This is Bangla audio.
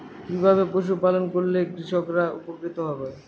কিভাবে পশু পালন করলেই কৃষকরা উপকৃত হবে?